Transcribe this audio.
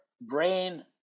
brain